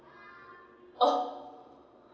oh